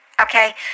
okay